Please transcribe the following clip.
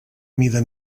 mida